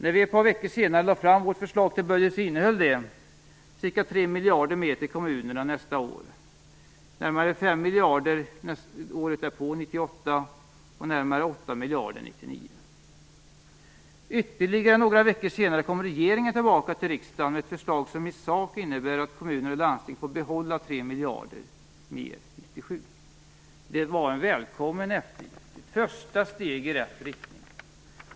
När vi ett par veckor senare lade fram vårt förslag till budget innehöll det ca 3 miljarder mer till kommunerna nästa år, närmare 5 miljarder 1998 och 8 miljarder Ytterligare några veckor senare kom regeringen tillbaka till riksdagen med ett förslag som i sak innebär att kommuner och landsting får behålla 3 miljarder mer 1997. Det var en välkommen eftergift, ett första steg i rätt riktning.